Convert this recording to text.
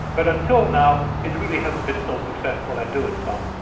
but until now, it really hasn't been so successful at doing so.